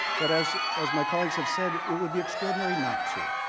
but as as my colleagues have said, it will be extraordinary not to.